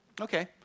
Okay